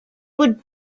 would